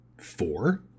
Four